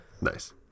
Nice